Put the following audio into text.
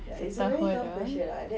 tough [one] ah eh